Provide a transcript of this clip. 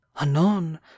anon